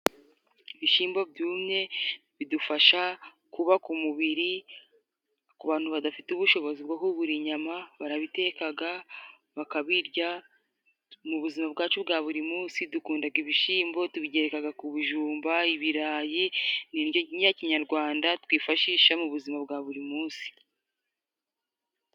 Ibishimbo byumye bidufasha kubaka umubiri ku bantu badafite ubushobozi bwo kugura inyama barabitekaga bakabirya. Mu buzima bwacu bwa buri munsi dukundaga ibishimbo tubigerekaga ku bijumba, ibirayi. Ni indyo ya kinyarwanda twifashisha mu buzima bwa buri munsi.